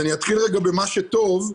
אני אתחיל במה שטוב,